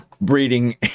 breeding